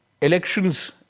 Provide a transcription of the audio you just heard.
Elections